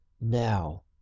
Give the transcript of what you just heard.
now